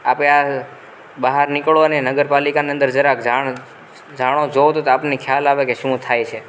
આપે બહાર નીકળો અને નગરપાલિકાની અંદર જરાક જાણ જાણો જુઓ તો તો આપને ખ્યાલ આવે કે શું થાય છે